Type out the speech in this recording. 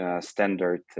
standard